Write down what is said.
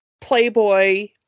playboy